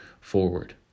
forward